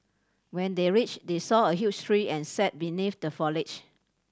when they reached they saw a huge tree and sat beneath the foliage